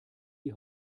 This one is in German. die